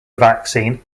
vaccine